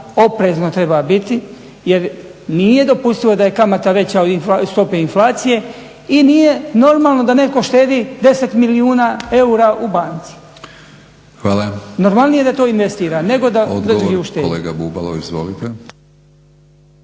oprezan treba biti jer nije dopustivo da je kamata veća od stope inflacije i nije normalno da netko štedi 10 milijuna eura u banci. **Batinić, Milorad (HNS)** Hvala. Odgovor kolega Bubalo, izvolite.